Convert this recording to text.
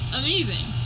amazing